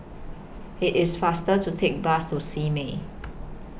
IT IS faster to Take The Bus to Simei